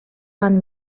pan